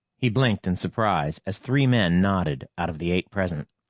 he blinked in surprise as three men nodded out of the eight present.